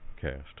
cast